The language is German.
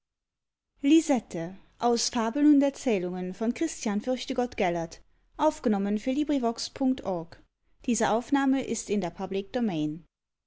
fabeln und erzählungen christian fürchtegott gellert inhalt